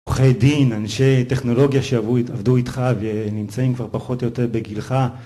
עורכי דין, אנשי טכנולוגיה שעבדו איתך ונמצאים כבר פחות או יותר בגילך